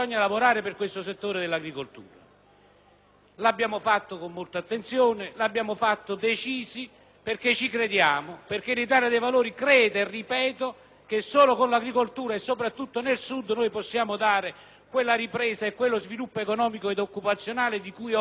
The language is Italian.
Lo abbiamo fatto con molta attenzione e decisione, perché ci crediamo, perché l'Italia dei Valori crede - ripeto - che solo con l'agricoltura e sopratutto nel Sud possiamo dare quella ripresa e quello sviluppo economico ed occupazionale di cui oggi abbiamo veramente bisogno.